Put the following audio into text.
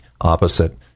opposite